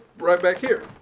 right back here.